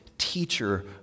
Teacher